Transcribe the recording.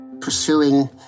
pursuing